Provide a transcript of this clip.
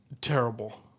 terrible